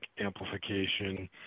amplification